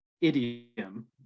idiom